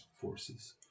forces